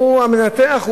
הוא המנתח,